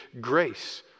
grace